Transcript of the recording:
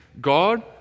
God